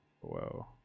Whoa